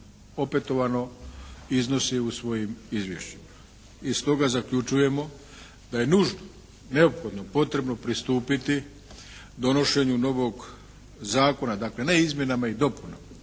opetovano iznosi u svojim izvješćima. Iz toga zaključujemo da je nužno, neophodno potrebno pristupiti donošenju novog zakona dakle ne izmjenama i dopunama